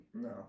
No